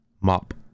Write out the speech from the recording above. Mop